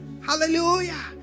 Hallelujah